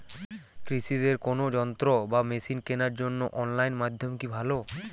কৃষিদের কোন যন্ত্র বা মেশিন কেনার জন্য অনলাইন মাধ্যম কি ভালো?